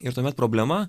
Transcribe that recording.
ir tuomet problema